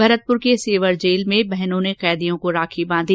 भरतपुर के सेवर जेल में बहनों ने कैदियों को राखी बांधी